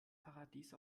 paradies